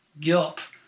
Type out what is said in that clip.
guilt